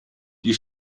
die